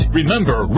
Remember